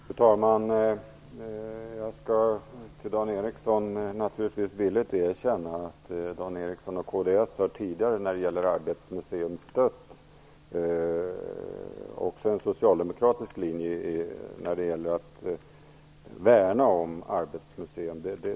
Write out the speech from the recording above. Fru talman! Jag skall naturligtvis villigt erkänna att Dan Ericsson och kds tidigare har stött en linje som också har varit socialdemokratisk när det gällt att värna om Arbetets museum.